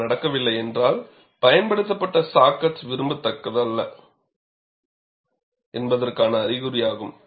அது நடக்கவில்லை என்றால் பயன்படுத்தப்பட்ட சா கட் விரும்பத்தக்கதல்ல என்பதற்கான அறிகுறியாகும்